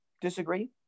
disagree